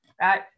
right